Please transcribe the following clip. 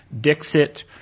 Dixit